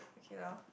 okay lor